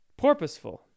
Porpoiseful